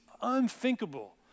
Unthinkable